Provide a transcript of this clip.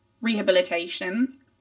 rehabilitation